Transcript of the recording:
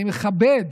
אני מכבד